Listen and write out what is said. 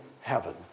heaven